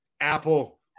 Apple